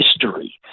history